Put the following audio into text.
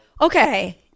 okay